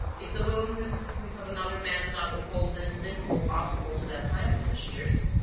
if the will and persistence of another man do not oppose an invincible obstacle to that plan, mr. shears.